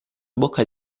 bocca